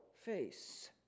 face